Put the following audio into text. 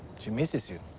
she misses you.